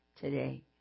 today